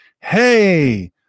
Hey